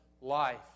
life